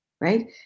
right